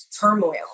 turmoil